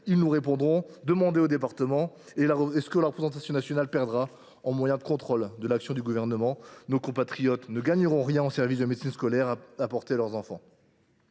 il nous répondra :« Demandez aux départements », et ce que la représentation nationale perdra en moyens de contrôle de l’action du Gouvernement, nos compatriotes ne le gagneront pas en service de médecine scolaire apporté à leurs enfants.